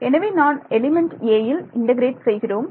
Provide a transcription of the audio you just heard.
எனவே நான் எலிமெண்ட் aயில் இன்டெக்ரேட் செய்கிறோம்